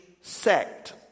sect